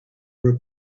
were